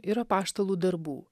ir apaštalų darbų